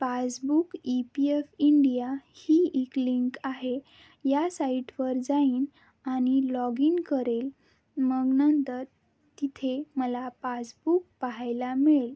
passbook E P F India ही एक link आहे या साईटवर जाईन आणि लॉग इन करेल मग नंतर तिथे मला पासबुक पाहायला मिळेल